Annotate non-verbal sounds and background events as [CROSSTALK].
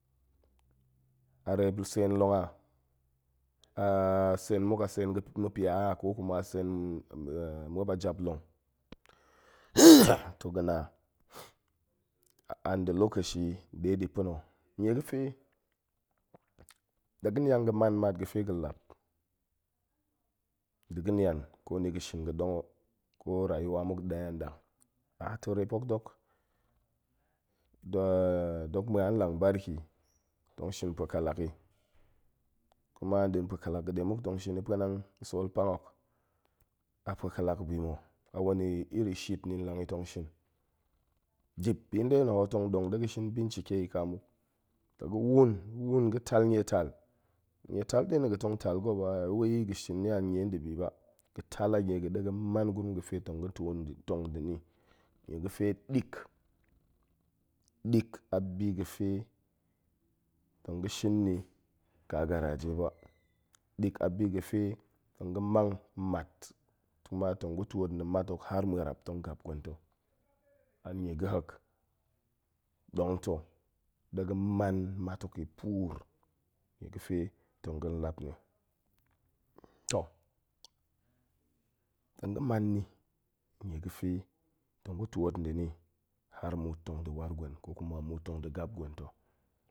A reep tsenlong a, aa tsen muop a tsen ma̱ pia a ko kuma tsen [HESITATION] muop a jap long [NOISE] toh ga̱ na an da̱ lokashi nɗe ɗi pa̱na̱ nie ga̱ fe la ga̱ nian ga̱ man mat ga̱ fe ga̱ lap da̱ ga̱ nian, ko ni ga̱ shin ga̱ ɗong o, ko rayuwa muk nɗe an nɗang, [HESITATION] toh reep hok dok dok ma̱an lang bariki tong shin pue kalak i, kuma nɗin pue kalak ga̱ ɗe muk tong shin i pa̱anang sol pang hok a pue kalak bi ma̱, a wani iri shit ni lang i tong shin, dip bi nɗe na̱ ho tong ɗong ɗe ga̱ shin binshike i nka muk. la ga̱ wun-wun ga̱ tal nie tal, nie tal nɗe na̱ ga̱ tal ga̱ ba wai ga̱ shin ni a nie nda̱ bi ba, ga̱ shin a ɗe ga̱ man gurum ga̱ fe tong ga̱ two, tong nda̱ ni, nie ga̱ fe ɗik-ɗik a bi ga̱ fe tong ga̱ shin ni ƙa garaje ba ɗik a bi ga̱ fe tong ga̱ mang mat kuma tong gu twoot nda̱ mat hok har ma̱arap tong gap gwen ta̱, anie ga̱ hek, ɗong ta̱ ɗe ga̱ man mat hok i puur nie ga̱ fe tong ga̱n lap ni, toh tong ga̱ man ni, nie ga̱ fe tong gu twoot nda̱ ni haar muut tong da̱ war gwen ko kuma muut tong da̱ gap gwen ta̱